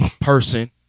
Person